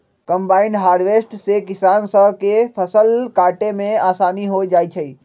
combine harvester से किसान स के फसल काटे में आसानी हो जाई छई